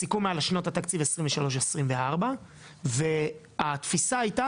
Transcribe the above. הסיכום היה לשנות התקציב 23-24 והתפיסה הייתה